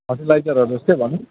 फर्टिलाइजरहरू जस्तै भनौँ